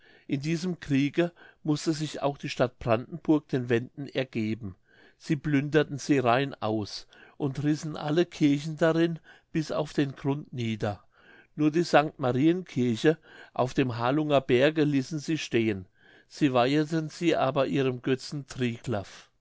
in diesem kriege mußte sich auch die stadt brandenburg den wenden ergeben sie plünderten sie rein aus und rissen alle kirchen darin bis auf den grund nieder nur die sanct marien kirche auf dem harlunger berge ließen sie stehen sie weiheten sie aber ihrem götzen